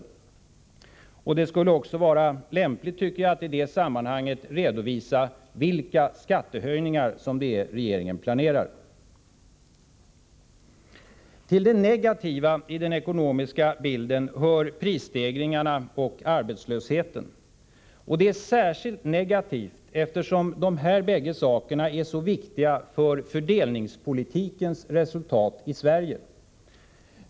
Det skulle också vara lämpligt att i det sammanhanget redovisa vilka skattehöjningar regeringen planerar. Till det negativa i den ekonomiska bilden hör prisstegringarna och arbetslösheten. Det är särskilt negativt, eftersom de här bägge sakerna är så viktiga för fördelningspolitikens resultat i Sverige.